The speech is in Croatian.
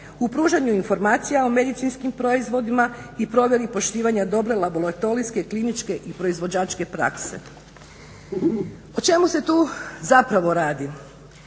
u pružanju informacija o medicinskim proizvodima i provjeri poštivanja dobre laboratorijske, kliničke i proizvođačke prakse. O čemu se tu zapravo radi?